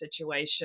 situation